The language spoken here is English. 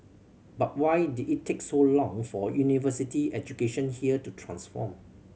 but why did it take so long for university education here to transform